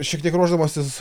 šiek tiek ruošdamasis